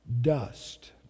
dust